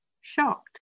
shocked